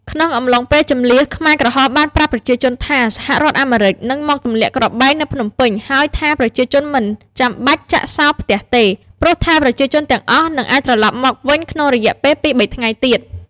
ក្នុងអំឡុងពេលជម្លៀស ខ្មែរក្រហមបានប្រាប់ប្រជាជនថា សហរដ្ឋអាមេរិកនឹងមកទម្លាក់គ្រាប់បែកនៅភ្នំពេញ ហើយថាប្រជាជនមិនចាំបាច់ចាក់សោផ្ទះទេ ព្រោះថាប្រជាជនទាំងអស់នឹងអាចត្រឡប់មកវិញក្នុងរយៈពេល ២-៣ ថ្ងៃទៀត។